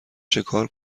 چکار